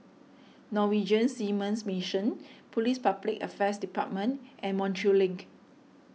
Norwegian Seamen's Mission Police Public Affairs Department and Montreal Link